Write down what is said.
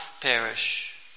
perish